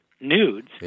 nudes